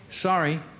sorry